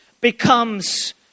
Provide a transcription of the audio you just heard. becomes